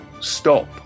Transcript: stop